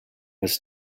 his